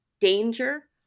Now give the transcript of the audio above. danger